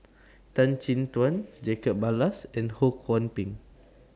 Tan Chin Tuan Jacob Ballas and Ho Kwon Ping